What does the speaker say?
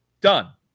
done